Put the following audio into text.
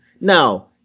Now